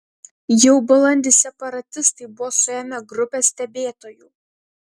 jau balandį separatistai buvo suėmę grupę stebėtojų